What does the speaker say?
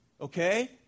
okay